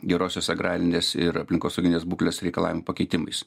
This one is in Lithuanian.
gerosios agrarinės ir aplinkosauginės būklės reikalavimų pakeitimais